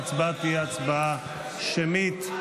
ההצבעה תהיה הצבעה שמית.